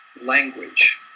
language